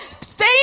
Stay